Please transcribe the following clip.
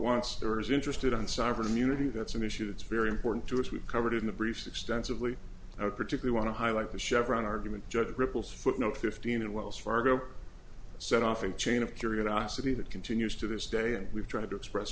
is interested in sovereign immunity that's an issue that's very important to us we've covered in the briefs extensively there are particular want to highlight the chevron argument judge ripples footnote fifteen and wells fargo set off a chain of curiosity that continues to this day and we've tried to express